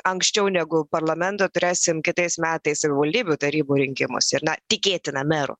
anksčiau negu parlamento turėsim kitais metais savivaldybių tarybų rinkimus ir na tikėtina merų